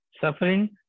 suffering